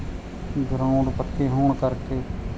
ground ਪੱਕੇ ਹੋਣ ਕਰਕੇ